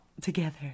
together